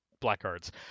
blackguards